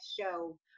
show